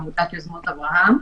בעמותת יוזמות אברהם.